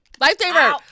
lifesaver